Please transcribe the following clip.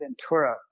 Ventura